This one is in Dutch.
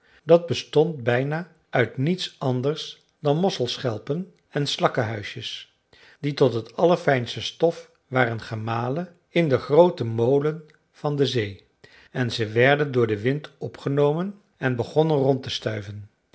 dat bestond bijna uit niets anders dan mosselschelpen en slakkenhuisjes die tot t allerfijnste stof waren gemalen in den grooten molen van de zee en ze werden door den wind opgenomen en begonnen rond te stuiven